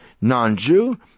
non-Jew